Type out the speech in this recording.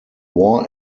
war